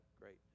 great